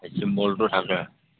এইটোত মোলটো থাকে